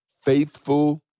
faithful